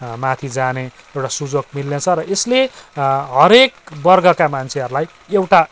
माथि जाने एउटा सुजोग मिल्नेछ र यसले हरेक वर्गका मान्छेहरूलाई एउटा